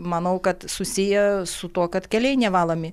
manau kad susiję su tuo kad keliai nevalomi